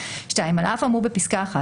(2) על אף האמור בפסקה (1),